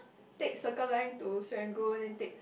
take Circle Line to Serangoon then take